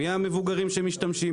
מי המבוגרים שמשתמשים,